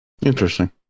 Interesting